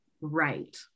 Right